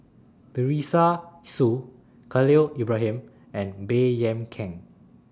Teresa Hsu Khalil Ibrahim and Baey Yam Keng